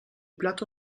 plato